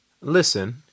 Listen